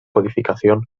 codificación